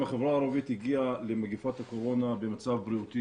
החברה הערבית הגיעה למגפת הקורונה במצב בריאותי